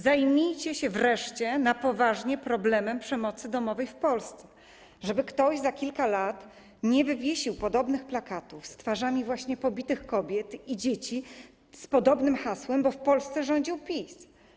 Zajmijcie się wreszcie na poważnie problemem przemocy domowej w Polsce, żeby ktoś za kilka lat nie wywiesił podobnych plakatów z twarzami właśnie pobitych kobiet i dzieci, z podobnym hasłem: Bo w Polsce rządził PiS.